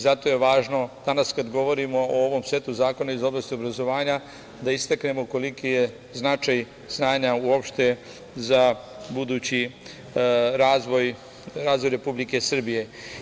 Zato je važno, danas kada govorimo o ovom setu zakona iz oblasti obrazovanja, da istaknemo koliki je značaj znanja uopšte za budući razvoj Republike Srbije.